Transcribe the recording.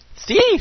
Steve